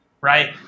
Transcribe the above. right